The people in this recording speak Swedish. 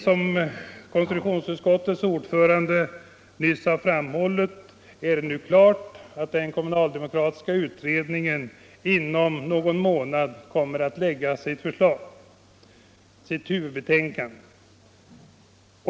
Som konstitutionsutskottets ordförande nyss framhållit är det nu klart att utredningen om den kommunala demokratin inom någon månad kommer att lägga fram sitt huvudbetänkande.